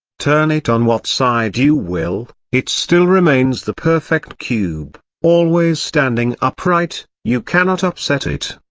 turn it on what side you will, it still remains the perfect cube, always standing upright you cannot upset it.